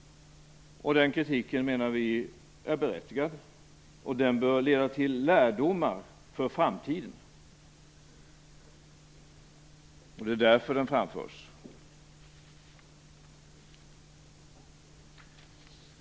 Den kritiken är berättigad, menar vi. Den bör också leda till lärdomar för framtiden. Det är därför den framförs.